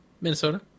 Minnesota